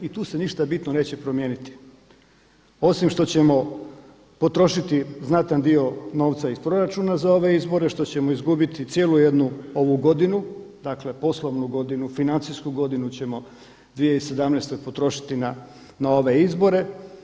I tu se ništa bitno neće promijeniti osim što ćemo potrošiti znatan dio novca iz proračuna za ove izbore, što ćemo izgubiti cijelu jednu ovu godinu, dakle poslovnu godinu, financijsku godinu ćemo 2017. potrošiti na ove izbore.